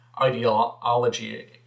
ideology